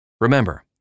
Remember